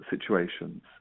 situations